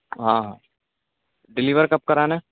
ہاں ہاں ڈیلیور کب کرانا ہے